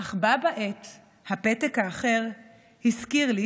אך בה בעת הפתק האחר הזכיר לי